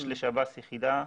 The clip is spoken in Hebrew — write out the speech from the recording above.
לשב"ס יש יחידה,